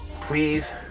please